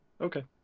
Okay